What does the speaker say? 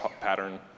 pattern